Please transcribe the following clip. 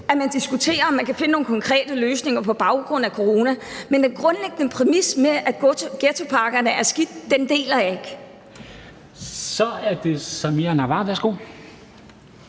at man diskuterer, om man kan finde nogle konkrete løsninger på baggrund af corona. Men den grundlæggende præmis om, at ghettopakkerne er noget skidt, deler jeg ikke. Kl. 14:33 Formanden (Henrik